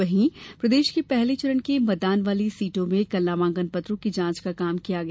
वहीं प्रदेश के पहले चरण के मतदान वाली सीटों में कल नामांकन पत्रों की जांच का काम किया गया